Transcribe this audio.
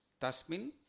Tasmin